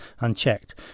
unchecked